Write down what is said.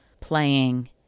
playing